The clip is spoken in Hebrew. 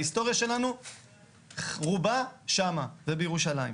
ההיסטוריה שלנו, רובה, שם ובירושלים.